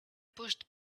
pushed